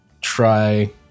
try